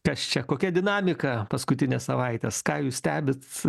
kas čia kokia dinamika paskutines savaites ką jūs stebit